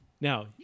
Now